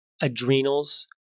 adrenals